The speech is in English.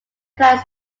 plant